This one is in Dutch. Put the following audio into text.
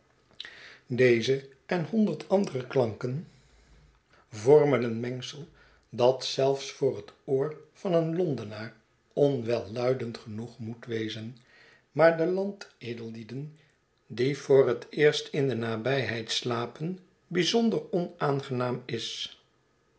deze en honderd andere klanken vormen een mengsel dat zelfs voor het oor van een londenaar onwelluidend genoeg moet wezen maar den landedellieden die voor het eerst in de nabijheid slapen bijzonder onaangenaam is